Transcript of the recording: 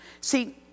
See